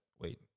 wait